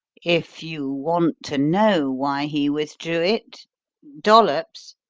if you want to know why he withdrew it dollops!